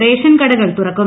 ration കടകൾ തുറക്കും